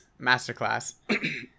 masterclass